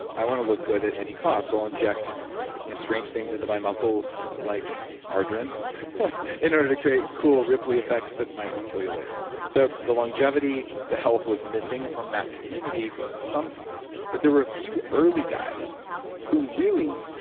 i want to look good at any cost. i'll inject you know strange things into my muscles like margarine in order to create cool, ripply effects, that might kill you later so the longevity, the health was missing from that community sometimes. but there were a few early guys who really